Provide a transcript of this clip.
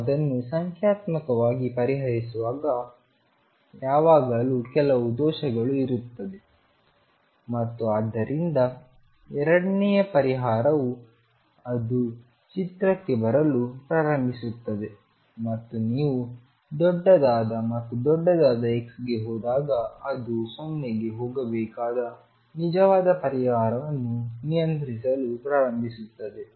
ನಾನು ಅದನ್ನು ಸಂಖ್ಯಾತ್ಮಕವಾಗಿ ಪರಿಹರಿಸುವಾಗ ಯಾವಾಗಲೂ ಕೆಲವು ದೋಷಗಳು ಇರುತ್ತವೆ ಮತ್ತು ಆದ್ದರಿಂದ ಎರಡನೆಯ ಪರಿಹಾರವು ಅದು ಚಿತ್ರಕ್ಕೆ ಬರಲು ಪ್ರಾರಂಭಿಸುತ್ತದೆ ಮತ್ತು ನೀವು ದೊಡ್ಡದಾದ ಮತ್ತು ದೊಡ್ಡದಾದ x ಗೆ ಹೋದಾಗ ಅದು 0 ಗೆ ಹೋಗಬೇಕಾದ ನಿಜವಾದ ಪರಿಹಾರವನ್ನು ನಿಯಂತ್ರಿಸಲು ಪ್ರಾರಂಭಿಸುತ್ತದೆ